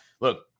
Look